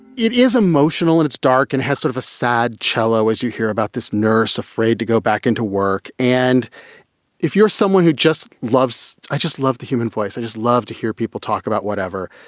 it is emotional and it's dark and has sort of a sad cello, as you hear about this nurse afraid to go back into work. and if you're someone who just loves i just love the human voice. i just love to hear people talk about whatever.